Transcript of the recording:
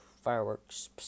Fireworks